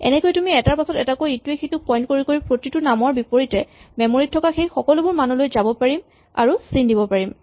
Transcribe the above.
এনেকৈয়ে তুমি এটাৰ পাছত এটাকৈ ইটোৱে সিটোক পইন্ট কৰি কৰি প্ৰতিটো নামৰ বিপৰীতে মেমৰীত থকা সেই সকলোবোৰ মানলৈ যাব পাৰিম আৰু চিন দিব পাৰিম